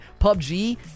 PUBG